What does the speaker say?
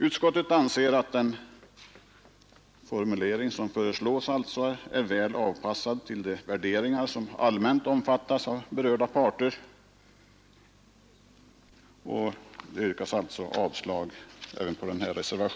Utskottet anser alltså att den formulering som Kungl. Maj:t föreslår är väl avpassad till de värderingar som allmänt omfattas av berörda parter och tillstyrker alltså propositionens förslag.